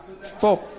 stop